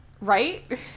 right